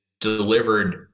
delivered